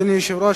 אדוני היושב-ראש,